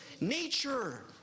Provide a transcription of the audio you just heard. nature